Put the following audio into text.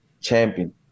champion